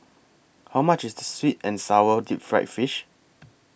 How much IS Sweet and Sour Deep Fried Fish